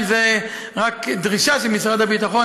זאת עדיין רק דרישה של משרד הביטחון,